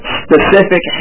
specific